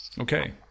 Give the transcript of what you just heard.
Okay